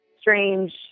strange